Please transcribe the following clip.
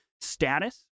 status